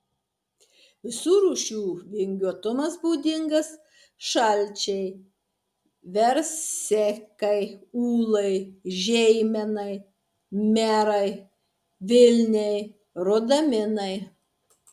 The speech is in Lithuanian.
visų rūšių vingiuotumas būdingas šalčiai versekai ūlai žeimenai merai vilniai rudaminai